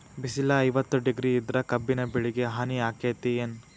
ಬಿಸಿಲ ಐವತ್ತ ಡಿಗ್ರಿ ಇದ್ರ ಕಬ್ಬಿನ ಬೆಳಿಗೆ ಹಾನಿ ಆಕೆತ್ತಿ ಏನ್?